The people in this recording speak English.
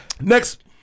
Next